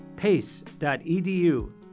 pace.edu